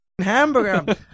Hamburger